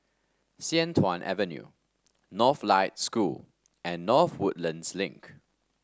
Sian Tuan Avenue Northlight School and North Woodlands Link